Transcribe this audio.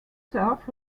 turf